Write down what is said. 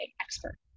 expert